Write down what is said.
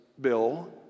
Bill